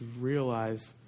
realize